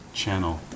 channel